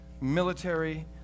military